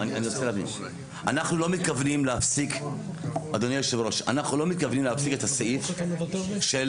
אנחנו לא מתכוונים להפסיק את הסעיף של